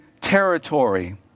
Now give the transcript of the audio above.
territory